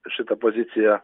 šita pozicija